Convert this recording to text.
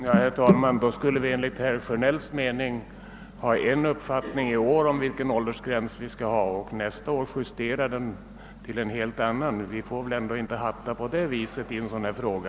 Herr talman! Då skulle vi enligt herr Sjönells mening i år ha en viss uppfattning om vilken åldersgräns som skall gälla och nästa år justera den till en annan. Vi får väl ändå inte hatta på det viset i en sådan här fråga.